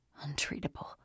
Untreatable